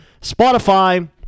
Spotify